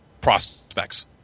prospects